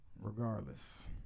Regardless